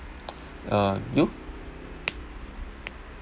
uh you